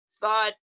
thought